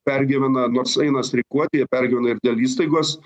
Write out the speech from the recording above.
pergyvena nors eina streikuoti jie pergyvena ir dėl įstaigos